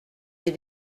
les